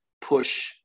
push